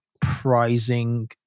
pricing